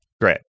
Great